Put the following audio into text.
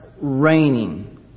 raining